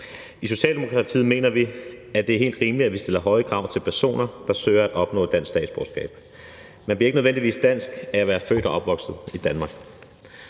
I Socialdemokratiet mener vi, at det er helt rimeligt, at vi stiller høje krav til personer, der søger at opnå dansk statsborgerskab. Man bliver ikke nødvendigvis dansk af at være født og opvokset i Danmark.